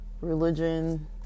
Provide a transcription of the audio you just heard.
religion